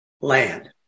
land